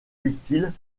utile